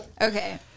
Okay